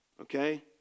okay